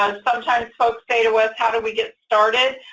um sometimes, folks say to us, how do we get started?